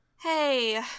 Hey